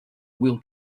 will